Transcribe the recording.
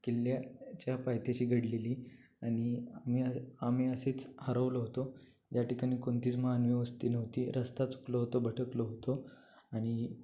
किल्ल्याच्या पायथ्याशी घडलेली आणि आम्ही आम्ही असेच हरवलो होतो ज्या ठिकाणी कोणतीच महान वस्ती नव्हती रस्ताच चुकलो होतो भटकलो होतो आणि